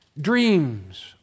Dreams